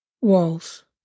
walls